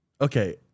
okay